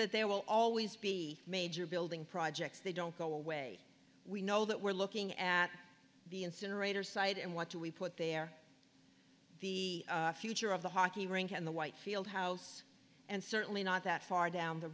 that there will always be major building projects they don't go away we know that we're looking at the incinerator site and what do we put there the future of the hockey rink and the white field house and certainly not that far down the